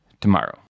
tomorrow